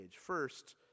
First